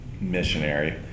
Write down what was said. missionary